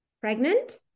pregnant